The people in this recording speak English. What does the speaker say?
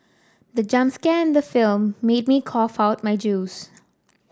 the jump scare in the film made me cough out my juice